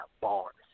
bars